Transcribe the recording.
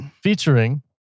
Featuring